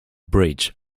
bridge